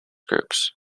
groups